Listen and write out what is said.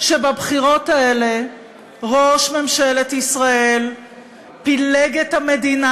שבבחירות האלה ראש ממשלת ישראל פילג את המדינה